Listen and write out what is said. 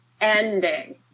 ending